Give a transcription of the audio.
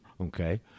okay